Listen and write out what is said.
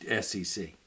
SEC